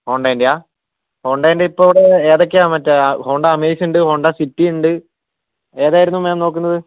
ഹോണ്ടേൻ്റെയോ ഹോണ്ടേൻ്റെ ഇപ്പോൾ ഇവിടെ ഏതൊക്കെയാണ് മറ്റേ ഹോണ്ട അമേയ്സ് ഉണ്ട് ഹോണ്ട സിറ്റി ഉണ്ട് ഏതായിരുന്നു മാം നോക്കുന്നത്